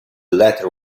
letter